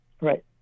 Right